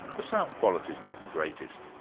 the sound quality is not the greatest,